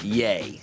yay